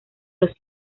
los